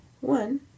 One